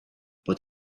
but